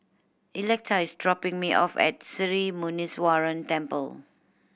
Electa is dropping me off at Sri Muneeswaran Temple